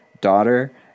Daughter